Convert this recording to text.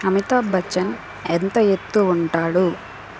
అమితాబచ్చన్ ఎంత ఎత్తు ఉంటాడు